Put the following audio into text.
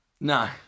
No